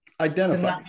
identify